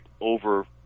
over